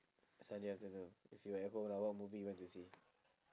sunday afternoon if you are at home lah what movie you want to see